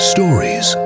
Stories